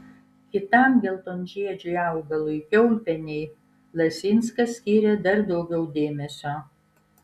kitam geltonžiedžiui augalui kiaulpienei lasinskas skiria dar daugiau dėmesio